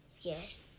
Yes